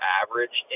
average